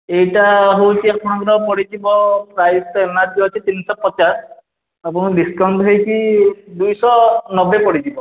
ଏଇଟା ହେଉଛି ଆପଣଙ୍କର ପଡ଼ିଯିବ ପ୍ରାଇସ୍ ଏମ୍ ଆର୍ ପି ଅଛି ତିନିଶହ ପଚାଶ ଆପଣଙ୍କୁ ଡିସ୍କାଉଣ୍ଟ ହେଇକି ଦୁଇଶହ ନବେ ପଡ଼ିଯିବ